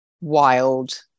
wild